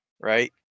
right